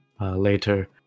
later